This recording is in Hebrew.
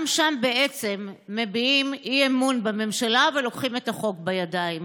גם שם בעצם מביעים אי-אמון בממשלה ולוקחים את החוק בידיים,